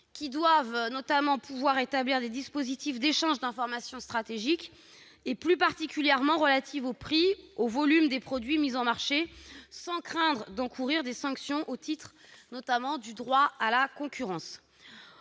qui doivent, notamment, pouvoir établir des dispositifs d'échanges d'informations stratégiques- plus particulièrement relatives aux prix et aux volumes des produits mis en marché -, sans craindre d'encourir des sanctions au titre du droit de la concurrence.